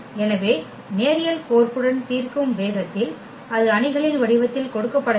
எனவே நேரியல் கோர்ப்புடன் தீர்க்கும் வேகத்தில் அது அணிகளின் வடிவத்தில் கொடுக்கப்படவில்லை